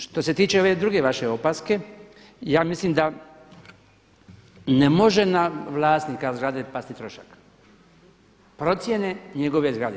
Što se tiče ove druge vaše opaske, ja mislim da ne može na vlasnika zgrade pasti trošak procjene njegove zgrade.